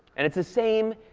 and it's the same